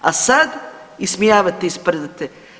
A sad ismijavate i sprdate.